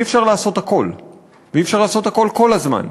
אי-אפשר לעשות הכול ואי-אפשר לעשות הכול כל הזמן.